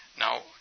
Now